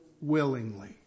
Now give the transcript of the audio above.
willingly